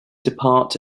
depart